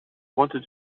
wanted